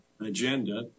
agenda